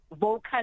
vocal